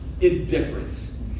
indifference